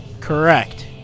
Correct